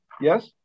Yes